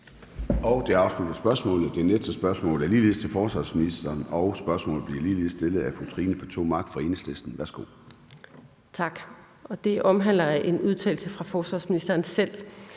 Det næste spørgsmål er ligeledes til forsvarsministeren, og spørgsmålet bliver ligeledes stillet af fru Trine Pertou Mach fra Enhedslisten. Kl.